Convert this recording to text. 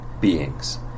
beings